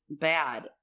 bad